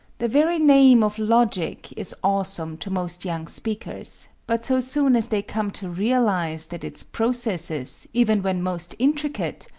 the very name of logic is awesome to most young speakers, but so soon as they come to realize that its processes, even when most intricate,